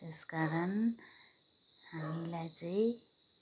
त्यस कारण हामीलाई चाहिँ